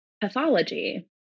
pathology